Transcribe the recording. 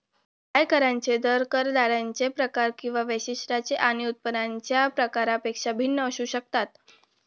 आयकरांचे दर करदात्यांचे प्रकार किंवा वैशिष्ट्ये आणि उत्पन्नाच्या प्रकारापेक्षा भिन्न असू शकतात